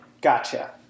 Gotcha